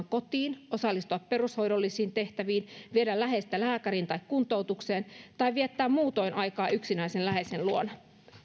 kotiin osallistua perushoidollisiin tehtäviin viedä läheistä lääkäriin tai kuntoutukseen tai viettää muutoin aikaa yksinäisen läheisen luona